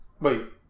Wait